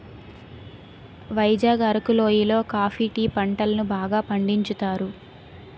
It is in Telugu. వైజాగ్ అరకు లోయి లో కాఫీ టీ పంటలను బాగా పండించుతారు